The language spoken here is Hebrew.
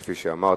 כפי שאמרת,